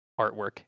Artwork